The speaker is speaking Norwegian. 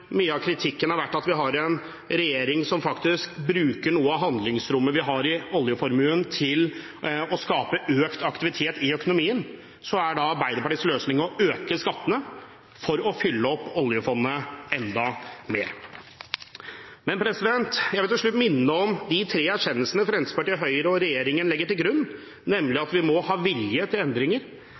mye av kritikken har vært at vi har en regjering som faktisk bruker noe av handlingsrommet vi har med oljeformuen, til å skape økt aktivitet i økonomien, er Arbeiderpartiets løsning å øke skattene for å fylle opp oljefondet enda mer. Jeg vil til slutt minne om de tre erkjennelsene Fremskrittspartiet, Høyre og regjeringen legger til grunn, nemlig at vi nå har vilje til endringer,